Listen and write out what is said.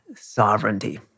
sovereignty